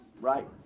right